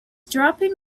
dropping